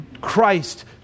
Christ